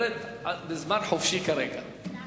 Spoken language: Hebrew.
חשוב לי שהוא ישמע.